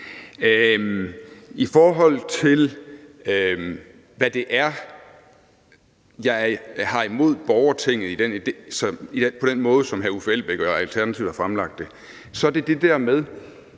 I forhold til hvad det er, jeg har imod borgertinget på den måde, som hr. Uffe Elbæk og Alternativet har fremlagt det, så er det det der med,